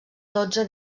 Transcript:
dotze